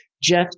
Jeff